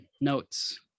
Notes